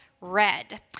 Red